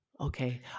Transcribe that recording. Okay